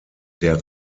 der